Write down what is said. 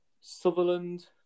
Sutherland